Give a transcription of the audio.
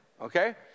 okay